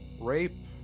rape